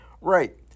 Right